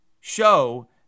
show